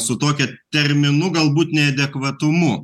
su tokia terminų galbūt neadekvatumu